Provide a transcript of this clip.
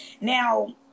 now